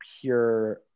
pure